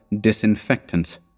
disinfectants—